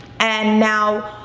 and now,